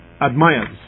admires